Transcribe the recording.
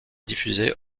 diffusée